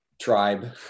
tribe